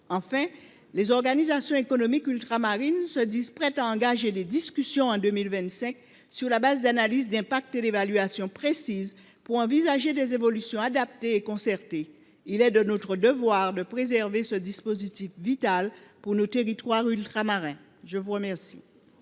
Enfin, les organisations économiques ultramarines se disent prêtes à engager des discussions en 2025, sur la base d’analyses d’impact et d’évaluations précises, pour envisager des évolutions adaptées et concertées. Il est de notre devoir de préserver le dispositif de la Lodéom, qui est vital pour nos territoires ultramarins. La parole